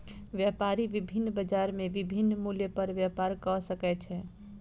व्यापारी विभिन्न बजार में विभिन्न मूल्य पर व्यापार कय सकै छै